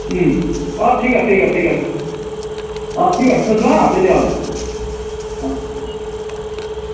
অঁ ঠিক আছে ঠিক আছে ঠিক আছে অঁ ঠিক আছে থৈছোঁ হাঁ তেতিয়াহ'লে অঁ